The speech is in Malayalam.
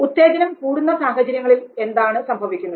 ഉത്തേജനം കൂടുന്ന സാഹചര്യങ്ങളിൽ എന്താണ് സംഭവിക്കുന്നത്